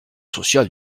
social